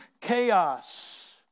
chaos